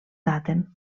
daten